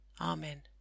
Amen